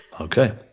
Okay